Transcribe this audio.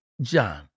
john